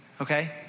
okay